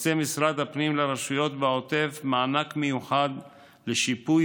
מקצה משרד הפנים לרשויות בעוטף מענק מיוחד לשיפוי